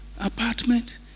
apartment